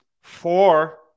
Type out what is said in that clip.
Four